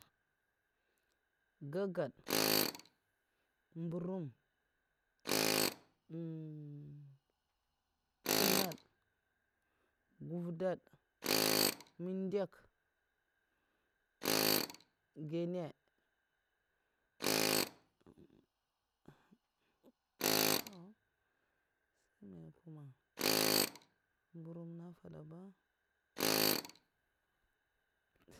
Gagèd'mburom, ntsenad guv'dad min'ndèk' gwèna, toh sai mè kuma, mburom na fada ba?